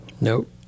Nope